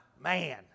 Man